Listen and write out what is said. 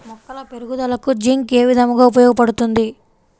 మొక్కల పెరుగుదలకు జింక్ ఏ విధముగా ఉపయోగపడుతుంది?